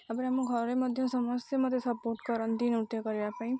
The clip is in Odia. ତା'ପରେ ଆମ ଘରେ ମଧ୍ୟ ସମସ୍ତେ ମୋତେ ସପୋର୍ଟ କରନ୍ତି ନୃତ୍ୟ କରିବା ପାଇଁ